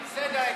בסדר.